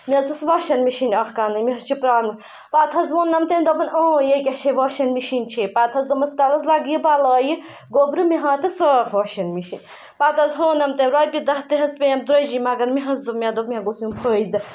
مےٚ حظ ٲس واشنٛگ مِشیٖن اَکھ اَنٕنۍ مےٚ حظ چھِ پرٛابلِم پَتہٕ حظ ووٚنَم تٔمۍ دوٚپُن اۭں ییٚکیٛاہ چھے واشنٛگ مِشیٖن چھے پَتہٕ حظ دوٚپمَس تَلہٕ حظ لَگیہِ بَلایہِ گوٚبرٕ مےٚ ہاو تہٕ صاف واشنٛگ مِشیٖن پَتہٕ حظ ہٲونَم تٔمۍ رۄپیہِ دَہ تہِ حظ پیٚیَم درٛوجی مگر مےٚ حظ مےٚ دوٚپ مےٚ گوٚژھ یُن فٲیِدٕ